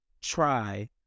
try